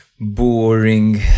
boring